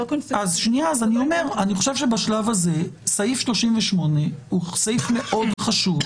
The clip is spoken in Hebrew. בשלב הזה סעיף 38 הוא סעיף חשוב מאוד